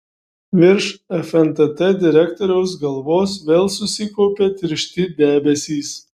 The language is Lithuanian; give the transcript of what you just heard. virš fntt direktoriaus galvos vėl susikaupė tiršti debesys